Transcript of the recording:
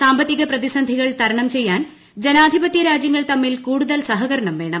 സാമ്പത്തിക പ്രതിസന്ധികൾ തരണം ചെയ്യാൻ ജനാധിപത്യ രാജ്യങ്ങൾ തമ്മിൽ കൂടുതൽ സഹകരണം വേണം